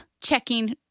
checking